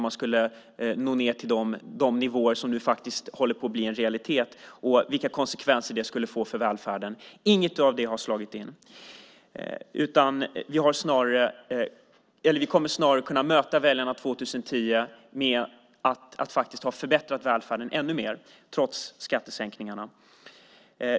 Det skulle nå ned till de nivåer som nu håller på att bli en realitet. Man talade om vilka konsekvenser det skulle få för välfärden. Inget av det har slagit in. Vi kommer snarare att kunna möta väljarna år 2010 med att ha förbättrat välfärden ännu mer trots skattesänkningarna.